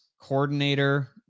coordinator